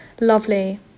lovely